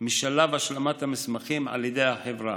משלב השלמת המסמכים על ידי החברה.